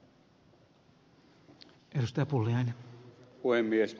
arvoisa puhemies